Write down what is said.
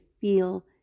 feel